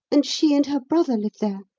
and she and her brother live there.